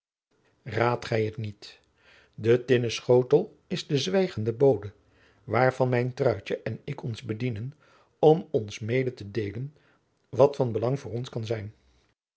raadt gij het niet die tinnen schotel is de zwijgende bode waarvan mijn truitje en ik ons bedienen om ons mede te deelen wat van belang voor ons zijn